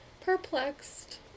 Perplexed